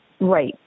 Right